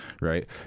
right